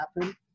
happen